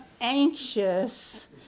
anxious